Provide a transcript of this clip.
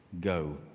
Go